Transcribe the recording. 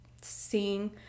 seeing